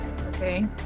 Okay